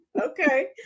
Okay